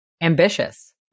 ambitious